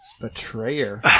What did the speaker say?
betrayer